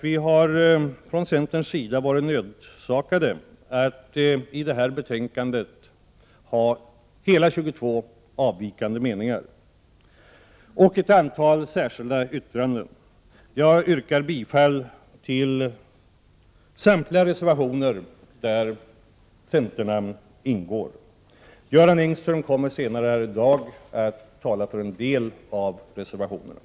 Vi har från centerns sida varit nödsakade att i detta betänkande anföra inte mindre än 22 avvikande meningar och ett antal särskilda yttranden. Jag yrkar bifall till samtliga reservationer där centernamn ingår. Göran Engström kommer senare här i dag att tala för en del av reservationerna.